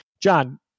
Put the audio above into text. John